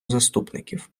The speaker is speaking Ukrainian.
заступників